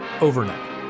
overnight